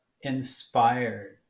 inspired